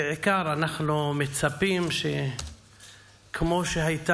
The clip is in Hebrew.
בעיקר אנחנו מצפים שכמו שהשנה,